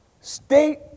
state